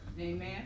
Amen